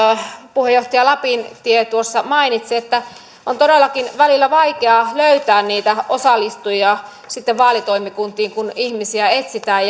puheenjohtaja lapintie tuossa mainitsi on todellakin välillä vaikeaa löytää niitä osallistujia vaalitoimikuntiin kun ihmisiä etsitään